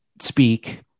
speak